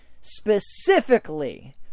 specifically